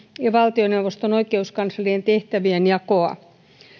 ja valtioneuvoston oikeuskanslerin tehtävien jakoa